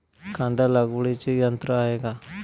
कांदा लागवडीचे यंत्र आहे का?